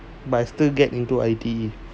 but I still get into I_T_E